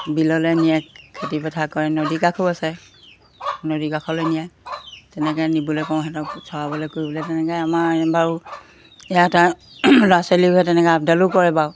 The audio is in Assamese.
বিললৈ নিয়ে খেতি পথাৰ কৰে নদী কাষো আছে নদী কাষলৈ নিয়ে তেনেকৈ নিবলৈ কওঁ সিহঁতক চৰাবলৈ কৰিবলৈ তেনেকৈ আমাৰ বাৰু ইয়াত ল'ৰা ছোৱালীবোৰে তেনেকৈ আপডালো কৰে বাৰু